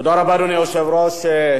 אדוני היושב-ראש,